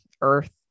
Earth